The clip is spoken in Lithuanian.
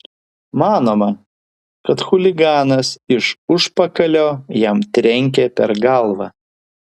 manoma kad chuliganas iš užpakalio jam trenkė per galvą